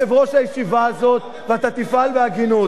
אתה יושב-ראש הישיבה הזאת, ואתה תפעל בהגינות.